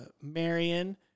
Marion